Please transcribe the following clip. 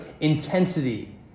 intensity